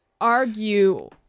argue